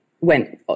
went